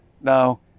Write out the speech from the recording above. Now